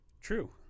True